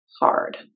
hard